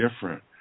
different